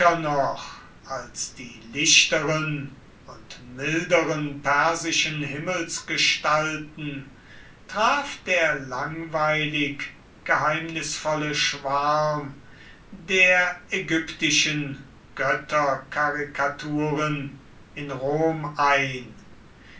noch als die lichteren und milderen persischen himmelsgestalten traf der langweilig geheimnisvolle schwarm der ägyptischen götterkarikaturen in rom ein